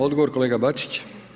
Odgovor kolega Bačić.